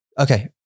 Okay